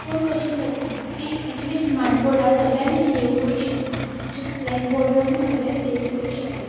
पूण कशें जाता की ऍटलिस्ट स्मार्ट बोर्डार सगळें आमी सेव करूंक शकता तशेंच ब्लॅक बोर्डार आमी सगळें सेव करूंक शकना